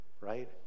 right